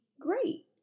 great